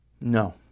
No